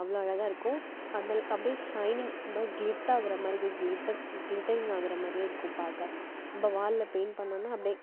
அவ்வளோ அழகாக இருக்கும் அந்தள் அப்படியே ஷைனிங் ரொம்ப கிலிட்டாக ஆகிற மாதிரி கி கிலிட்டர் கிலிட்டரிங் ஆகிற மாதிரியே இருக்கும் பார்க்க நம்ப வாலில் பெயிண்ட் பண்ணோனா அப்படியே